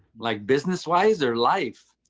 like business wise or life?